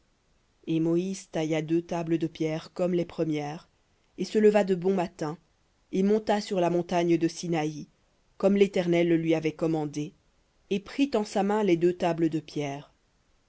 et moïse tailla deux tables de pierre comme les premières et se leva de bon matin et monta sur la montagne de sinaï comme l'éternel le lui avait commandé et prit en sa main les deux tables de pierre